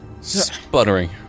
Sputtering